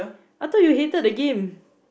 I thought you hated the game